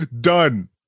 done